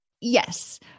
yes